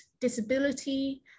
disability